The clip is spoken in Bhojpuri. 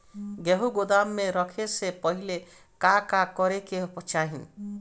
गेहु गोदाम मे रखे से पहिले का का करे के चाही?